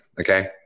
okay